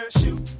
Shoot